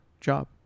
job